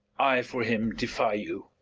i for him defy you.